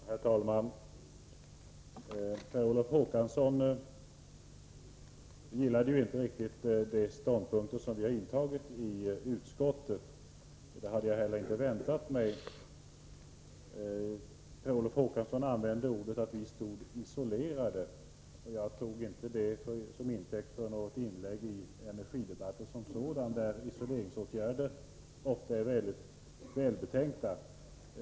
Herr talman! Per Olof Håkansson gillade inte riktigt de ståndpunkter vi har intagit i utskottet. Det hade jag heller inte väntat mig. Per Olof Håkansson använde uttrycket att vi stod isolerade, Jag tog inte det som ett inlägg i energidebatten som sådan, där isoleringsåtgärder ofta är mycket välbetänkta.